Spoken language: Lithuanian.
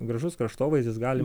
gražus kraštovaizdis galim